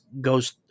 goes –